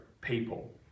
people